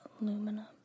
Aluminum